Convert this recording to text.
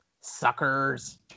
Suckers